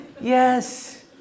Yes